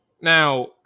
now